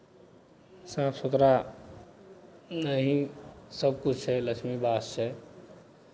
साफ सुथरामे ही सभकिछु छै लक्ष्मी वास छै